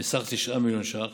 בסך 9 מיליון ש"ח.